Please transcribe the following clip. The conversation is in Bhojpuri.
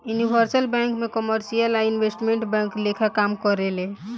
यूनिवर्सल बैंक भी कमर्शियल आ इन्वेस्टमेंट बैंक लेखा काम करेले